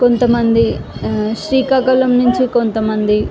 కొంత మంది శ్రీకాకుళం నుంచి కొంత మంది